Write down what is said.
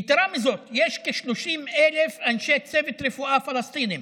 יתרה מזאת, יש כ-30,000 אנשי צוות רפואה פלסטינים